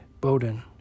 Bowden